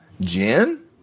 Jen